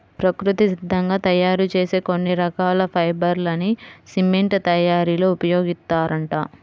ప్రకృతి సిద్ధంగా తయ్యారు చేసే కొన్ని రకాల ఫైబర్ లని సిమెంట్ తయ్యారీలో ఉపయోగిత్తారంట